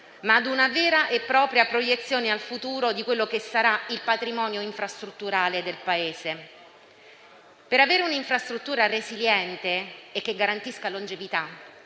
ma come una vera e propria proiezione al futuro di quello che sarà il patrimonio infrastrutturale del Paese. Per avere un'infrastruttura resiliente e che garantisca longevità